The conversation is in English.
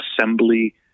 assembly